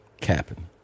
capping